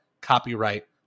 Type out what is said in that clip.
copyright